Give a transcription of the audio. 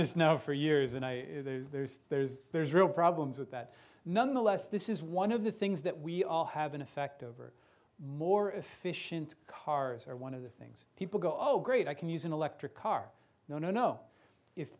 this now for years and there's there's real problems with that nonetheless this is one of the things that we all have an effect over more efficient cars or one of the things people go oh great i can use an electric car no no no if